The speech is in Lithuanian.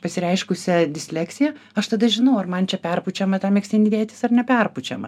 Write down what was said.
pasireiškusią disleksiją aš tada žinau ar man čia perpučiamą tą megztinį dėtis ar neperpučiamą